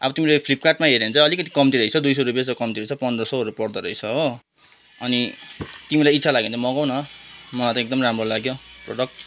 अब तिमीले फ्लिपकार्डमा हेऱ्यौ भने चाहिँ अलिकति कम्ती रहेछ हो दुई सौ रुपियाँ जस्तो कम्ती रहेछ हो पन्ध्र सौहरू पर्दोरहेछ हो अनि तिमीले इच्छा लाग्यो भने चाहिँ मगाऊ न मलाई त एकदम राम्रो लाग्यो प्रडक्ट